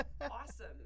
awesome